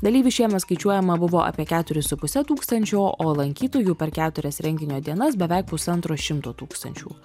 dalyvių šiemet skaičiuojama buvo apie keturis su puse tūkstančio o lankytojų per keturias renginio dienas beveik pusantro šimto tūkstančių